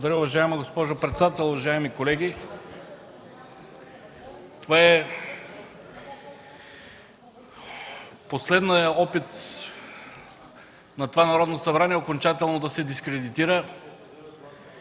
Благодаря, уважаема госпожо председател. Уважаеми колеги! Последният опит на това Народно събрание окончателно да се дискредитира,